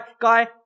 guy